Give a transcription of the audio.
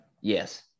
Yes